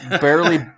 barely